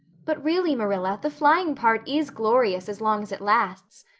but really, marilla, the flying part is glorious as long as it lasts.